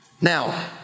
Now